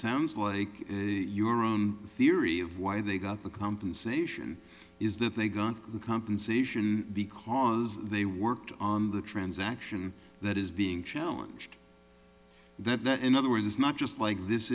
sounds like a your own theory of why they got the compensation is that they got the compensation because they worked on the transaction that is being challenged that that in other words is not just like this